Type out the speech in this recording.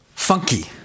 funky